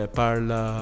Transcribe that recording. parla